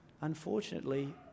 unfortunately